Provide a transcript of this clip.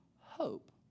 hope